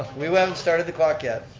ah we we haven't started the clock yet.